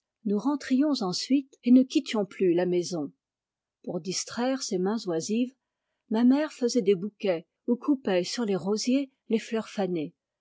nous rentrions ensuite et ne quittions plus la maison pour distraire ses mains oisives ma mère faisait des bouquets ou coupait sur les rosiers les fleurs fanées